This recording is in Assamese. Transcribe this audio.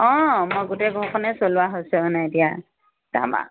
অঁ মই গোটেই ঘৰখনে চলোৱা হৈছে মানে এতিয়া তাৰপৰা